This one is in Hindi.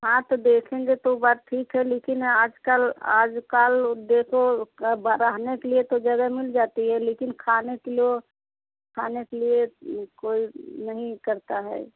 हाँ तो देखेंगे तो बात ठीक है लेकिन आज कल आज कल देखो कि बारहने के लिए तो जगह मिल जाती है लेकिन खाने के लो खाने के लिए कोई नहीं करता है